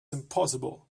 impossible